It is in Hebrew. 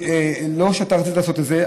לא שלא צריך לעשות את זה,